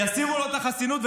יסירו לו את החסינות,